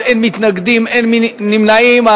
אין מתנגדים ואין נמנעים.